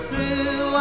Blue